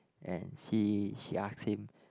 and she she asked him